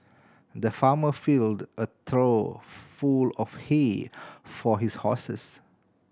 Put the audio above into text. the farmer filled a trough full of hay for his horses